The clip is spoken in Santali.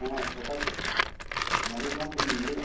ᱦᱮᱸ ᱯᱨᱚᱠᱟᱥ ᱢᱟᱹᱡᱷᱤ ᱜᱚᱝᱠᱮᱢ ᱞᱟᱹᱭ ᱮᱫᱟ